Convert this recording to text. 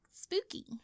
spooky